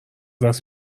دست